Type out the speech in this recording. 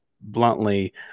bluntly